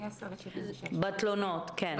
בתלונות, כן.